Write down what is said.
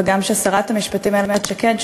וגם שרת המשפטים איילת שקד,